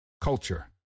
Culture